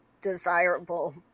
desirable